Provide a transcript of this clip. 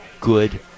good